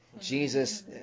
Jesus